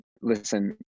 listen